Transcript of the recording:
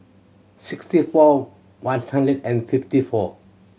sixty four one hundred and fifty four